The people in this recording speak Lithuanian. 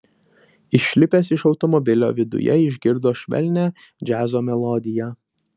išlipęs iš automobilio viduje išgirdo švelnią džiazo melodiją